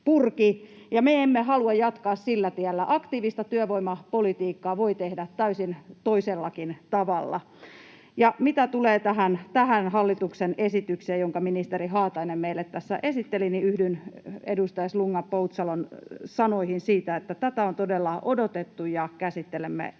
me emme halua jatkaa sillä tiellä. Aktiivista työvoimapolitiikkaa voi tehdä täysin toisellakin tavalla. Mitä tulee tähän hallituksen esitykseen, jonka ministeri Haatainen meille tässä esitteli, niin yhdyn edustaja Slunga-Poutsalon sanoihin siitä, että tätä on todella odotettu, ja käsittelemme tämän